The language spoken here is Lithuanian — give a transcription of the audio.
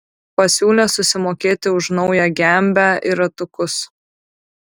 pasiūlė susimokėti už naują gembę ir ratukus